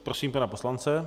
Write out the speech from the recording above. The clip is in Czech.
Prosím pana poslance.